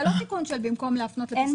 זה לא תיקון של טעות נוסח.